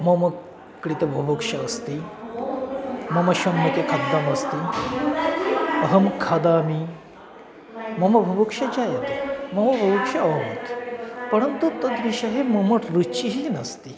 मम कृते बुभुक्षा अस्ति मम संमुखे खाद्यमस्ति अहं खादामि मम बुभुक्षा जायते मम बुभुक्षा अभवत् परन्तु तद्विषये मम रुचिः नास्ति